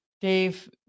Dave